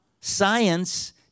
science